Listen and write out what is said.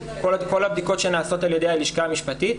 כל הבדיקות שנעשות על ידי הלשכה המשפטית,